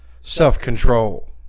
self-control